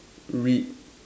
read